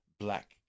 black